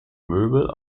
möbel